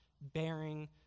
bearing